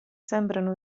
sembrano